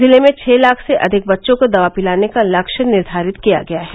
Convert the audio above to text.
जिले में छः लाख से अधिक बच्चों को दवा पिलाने का लक्ष्य निर्धारित किया गया है